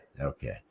Okay